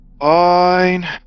Fine